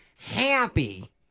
happy